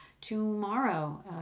tomorrow